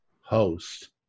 host